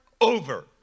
over